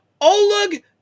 Oleg